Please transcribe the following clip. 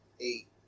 eight